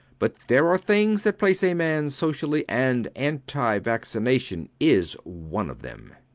but there are things that place a man socially and anti-vaccination is one of them.